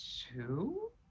two